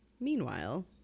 meanwhile